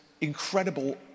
incredible